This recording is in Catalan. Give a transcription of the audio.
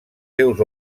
seus